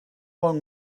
long